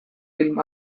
film